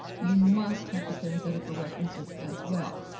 you must have the parenthetical references as well.